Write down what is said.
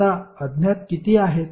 आता अज्ञात किती आहेत